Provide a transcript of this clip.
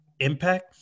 impact